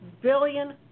billion